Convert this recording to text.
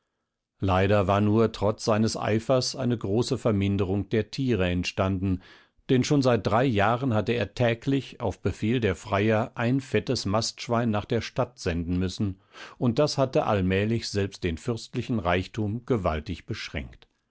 leider war nur trotz seines eifers eine große verminderung der tiere entstanden denn schon seit drei jahren hatte er täglich auf befehl der freier ein fettes mastschwein nach der stadt senden müssen und das hatte allmählich selbst den fürstlichen reichtum gewaltig beschränkt